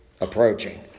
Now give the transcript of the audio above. approaching